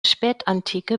spätantike